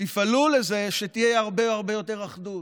תפעלו לזה שתהיה הרבה הרבה יותר אחדות,